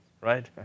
right